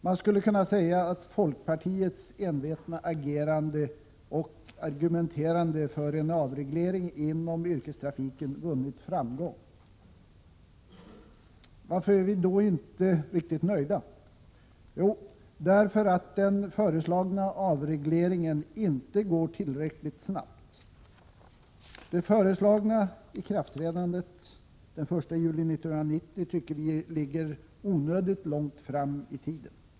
Man skulle kunna säga att folkpartiets envetna agerande och argumenterande för en avreglering av yrkestrafiken vunnit framgång. Varför är vi då inte riktigt nöjda? Jo, därför att den föreslagna avregleringen inte kommer att gå tillräckligt snabbt. Det föreslagna ikraftträdandet, den 1 juli 1990, tycker vi ligger onödigt långt fram i tiden.